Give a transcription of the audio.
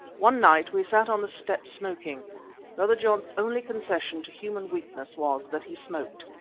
one night we sat on the step smoking brother john's only concession to human weakness was that he smoked.